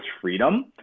freedom